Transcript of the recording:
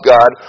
God